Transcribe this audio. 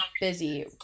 Busy